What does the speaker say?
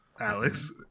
Alex